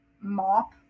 mop